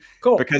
Cool